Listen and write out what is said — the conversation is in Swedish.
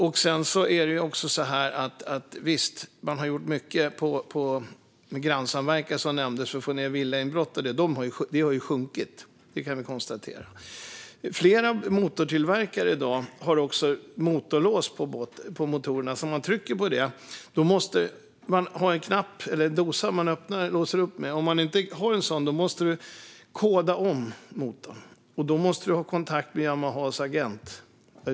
Visst har man gjort mycket med grannsamverkan, som nämndes, för att få ned villainbrotten. Vi kan konstatera att dessa brott har minskat. Flera motortillverkare har i dag motorlås på motorerna. Man behöver ha en dosa för att låsa upp motorn. Om man inte har det måste motorn kodas om. Då måste man ha kontakt med Yamahas agent.